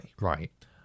right